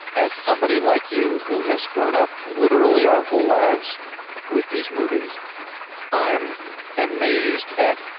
as somebody like you who has grown up literally our whole lives with these movies i'm amazed at.